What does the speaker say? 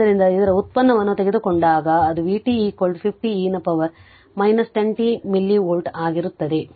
ಆದ್ದರಿಂದ ಇದರ್ ವ್ಯುತ್ಪನ್ನವನ್ನು ತೆಗೆದುಕೊಂಡಾಗ ಅದು vt 50 e ನ ಪವರ್ 10 t ಮಿಲಿ ವೋಲ್ಟ್ ಆಗಿರುತ್ತದೆ